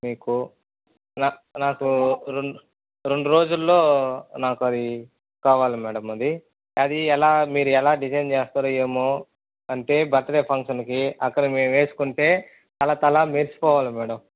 మీకు నా నాతో రెండు రెండ్రోజుల్లో నాకది కావాలి మేడం అది అది ఎలా మీరెలా డిజైన్ చేస్తారో ఏమో అంటే బర్త్డే ఫంక్షన్కి అక్కడ మేమేసుకుంటే తళతళా మెరిసిపోవాలి మేడం